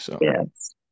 Yes